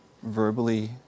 verbally